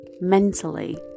mentally